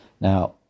Now